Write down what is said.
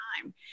time